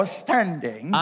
standing